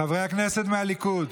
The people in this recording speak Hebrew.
חברי הכנסת מהליכוד,